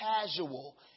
casual